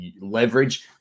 leverage